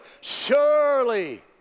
surely